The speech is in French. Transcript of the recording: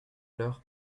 l’heure